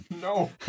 No